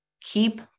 keep